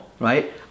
right